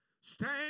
Stand